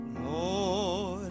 Lord